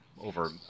over